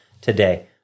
today